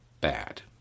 bad